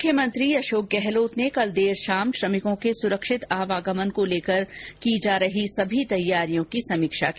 मुख्यमंत्री अशोक गहलोत ने कल देर शाम श्रमिकों के सुरक्षित आवागमन को लेकर सभी तैयारियों की समीक्षा की